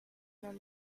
mains